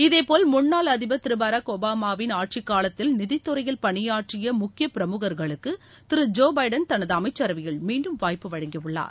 இதேபோல் முன்னாள் அதிபர் திரு பாரக் ஆபாமாவின் ஆட்சிக் காலத்தில் நிதித்துறையில் பணியாற்றிய முக்கிய பிரமுகர்களுக்கு திரு ஜோ பைடன் தனது அமைச்சரவையில் மீண்டும் வாய்ப்பு வழங்கியுள்ளார்